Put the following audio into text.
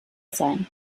sein